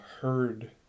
heard